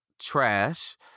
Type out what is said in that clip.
trash